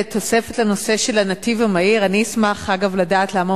תוספת לנושא של הנתיב המהיר: אני אשמח לדעת למה